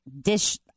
dish